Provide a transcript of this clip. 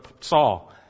Saul